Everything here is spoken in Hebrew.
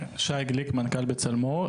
שי גליק, מנכ"ל בצלמו.